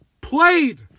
played